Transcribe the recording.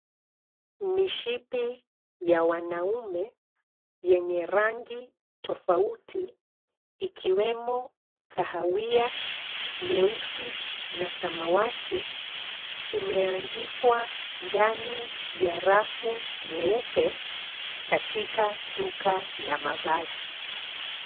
Mishipi ya wanaume, yenye rangi tofauti, ikiwemo, kahawia, nyeusi, na samawati, imeangikwa ndani ya rafu nyeupe, katika duka la mavazi.